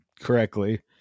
correctly